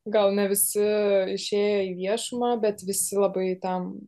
gal ne visi išėjo į viešumą bet visi labai tam